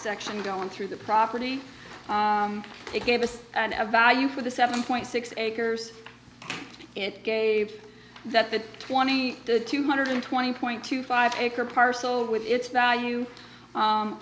section going through the property it gave us a value for the seven point six acres it gave that the twenty two hundred twenty point two five acre parcel with its value